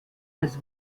als